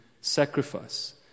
sacrifice